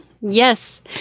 Yes